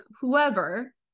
whoever